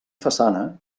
façana